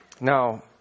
now